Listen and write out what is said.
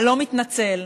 הלא-מתנצל,